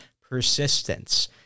persistence